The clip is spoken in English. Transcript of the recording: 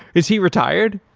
is he retired?